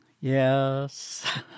Yes